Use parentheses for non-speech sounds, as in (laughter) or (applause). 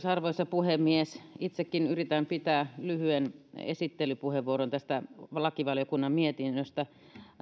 (unintelligible) arvoisa puhemies itsekin yritän pitää lyhyen esittelypuheenvuoron tästä lakivaliokunnan mietinnöstä